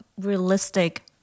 realistic